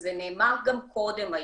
וזה נאמר גם קודם היום,